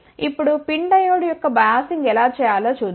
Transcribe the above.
ఇప్పుడు PIN diode యొక్క biasing ఎలా చేయాలో చూద్దాం